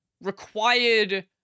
required